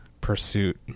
pursuit